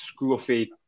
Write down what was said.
scruffy